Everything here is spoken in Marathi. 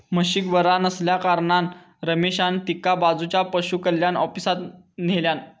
म्हशीक बरा नसल्याकारणान रमेशान तिका बाजूच्या पशुकल्याण ऑफिसात न्हेल्यान